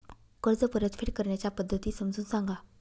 कर्ज परतफेड करण्याच्या पद्धती समजून सांगा